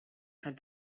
had